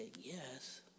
yes